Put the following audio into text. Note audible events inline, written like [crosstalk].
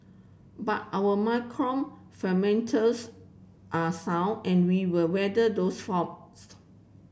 but our macro fundamentals are sound and we will weather those forms [unintelligible]